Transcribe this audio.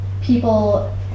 People